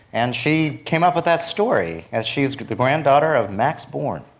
and she came up with that story, as she is the granddaughter of max born.